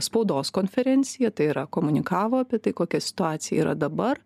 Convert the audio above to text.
spaudos konferenciją tai yra komunikavo apie tai kokia situacija yra dabar